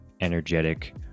energetic